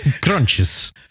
crunches